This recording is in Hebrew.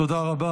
תודה רבה.